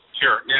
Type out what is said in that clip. Sure